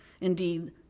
Indeed